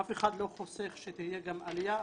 אף אחד לא חוסך שתהיה גם עליה,